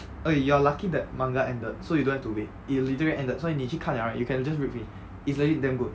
eh you are lucky that manga ended so you don't have to wait it literally ended 所以你去看了 right you can just read finish is legit damn good